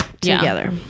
together